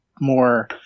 more